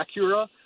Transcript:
Acura